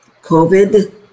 COVID